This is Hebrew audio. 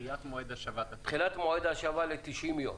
תחילת מועד ההשבה ל-90 יום.